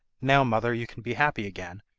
now, mother, you can be happy again,